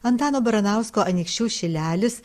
antano baranausko anykščių šilelis